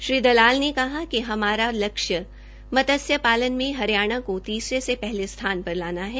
श्री दलाल ने कहा कि हमारा लक्ष्य मछली पालन में हरियाणा को तीसरे से पहले स्थान पर लाना है